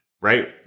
right